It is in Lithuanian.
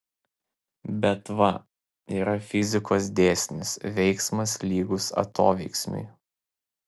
bet va yra fizikos dėsnis veiksmas lygus atoveiksmiui